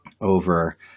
over